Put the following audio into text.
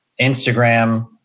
Instagram